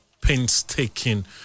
painstaking